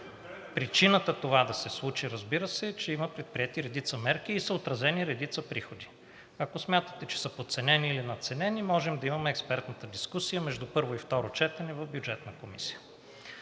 Причината това да се случи, разбира се, е, че има редица предприети мерки и са отразени редица приходи. Ако смятате, че са подценени или надценени, можем да имаме експертната дискусия между първо и второ четене в Бюджетната комисия.